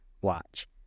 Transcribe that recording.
watch